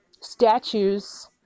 statues